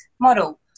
model